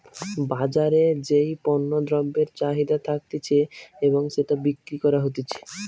বাজারে যেই পণ্য দ্রব্যের চাহিদা থাকতিছে এবং সেটা বিক্রি করা হতিছে